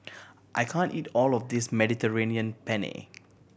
I can't eat all of this Mediterranean Penne